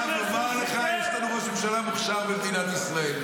אתה אומר שנתניהו משקר?